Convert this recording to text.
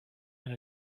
and